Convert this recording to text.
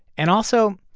and also,